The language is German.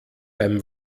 beim